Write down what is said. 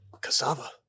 Cassava